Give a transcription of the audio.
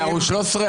בערוץ 13?